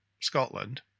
Scotland